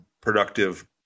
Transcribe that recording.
productive